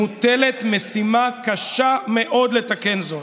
מוטלת משימה קשה מאוד, לתקן זאת.